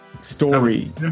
story